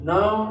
Now